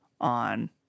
on